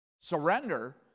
Surrender